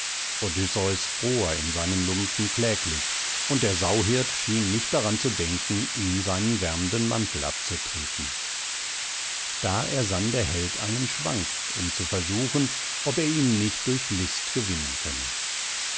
odysseus fror in seinen lumpen kläglich und der sauhirt schien nicht daran zu denken ihm seinen wärmenden mantel abzutreten da ersann der held einen schwank um zu versuchen ob er ihn nicht durch list gewinnen könne